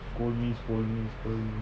scold me scold me scold me